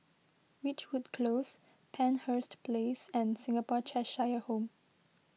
Ridgewood Close Penshurst Place and Singapore Cheshire Home